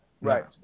right